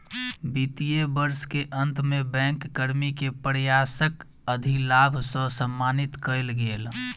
वित्तीय वर्ष के अंत में बैंक कर्मी के प्रयासक अधिलाभ सॅ सम्मानित कएल गेल